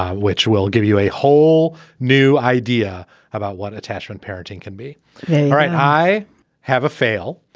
ah which will give you a whole new idea about what attachment parenting can be. all right. i have a fail.